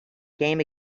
game